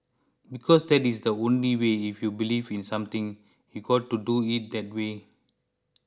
because that is the only way if you believe in something you've got to do it that way